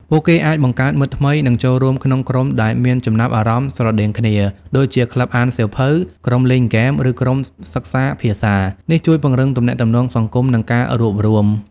ពួកគេអាច បង្កើតមិត្តថ្មី និងចូលរួមក្នុង ក្រុមដែលមានចំណាប់អារម្មណ៍ស្រដៀងគ្នា ដូចជា ក្លឹបអានសៀវភៅ ក្រុមលេងហ្គេម ឬក្រុមសិក្សាភាសា នេះជួយពង្រឹងទំនាក់ទំនងសង្គម និងការរួបរួម។